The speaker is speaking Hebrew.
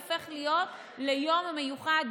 הופך להיות ליום מיוחד,